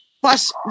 Plus